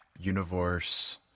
universe